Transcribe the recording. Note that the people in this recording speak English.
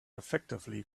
effectively